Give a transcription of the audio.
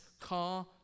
car